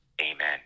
Amen